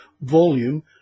volume